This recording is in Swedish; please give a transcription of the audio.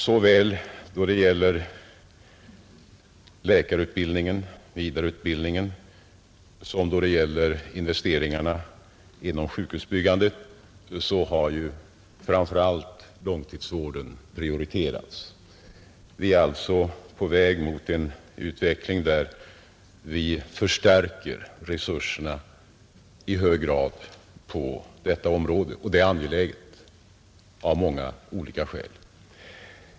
Såväl då det gäller läkarutbildningen som då det gäller investeringarna inom sjukhusbyggandet har framför allt långtidsvården prioriterats. Vi är alltså på väg mot en utveckling där vi i hög grad förstärker resurserna på detta område, och det är angeläget av många olika skäl.